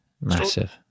massive